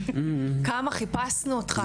כמה חיפשנו אותך.